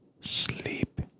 sleep